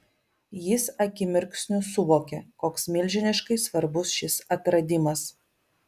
jis akimirksniu suvokė koks milžiniškai svarbus šis atradimas